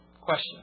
Question